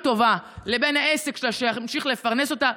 טובה לבין העסק שלה שימשיך לפרנס אותה,